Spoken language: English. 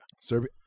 Serbia